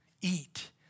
Eat